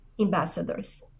ambassadors